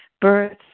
Births